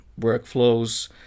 workflows